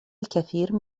الكثير